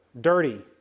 dirty